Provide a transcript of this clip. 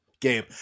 game